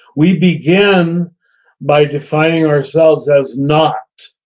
we begin by defining ourselves as not,